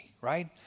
right